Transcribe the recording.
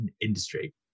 industry